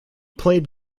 played